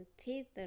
theater